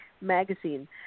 Magazine